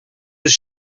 was